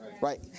right